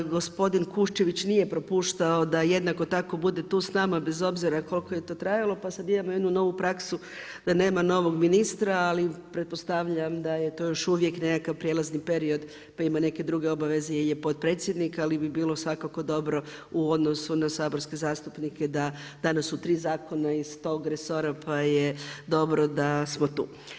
Gospodin Kuščević nije propuštao da jednako tako bude tu s nama bez obzira koliko je to trajalo pa sada imamo jednu novu praksu da nema novog ministra, ali pretpostavljam da je to još uvijek nekakav prijelazni period pa ima neke druge obaveze jel je potpredsjednika, ali bi bilo svakako dobro u odnosu na saborske zastupnike da danas su tri zakona iz tog resora pa je dobro da smo tu.